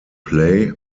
play